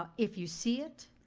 um if you see it